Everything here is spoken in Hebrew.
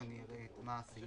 אתם